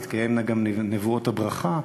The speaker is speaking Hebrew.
תתקיימנה גם נבואות הברכה,